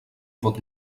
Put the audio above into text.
pot